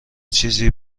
چیزی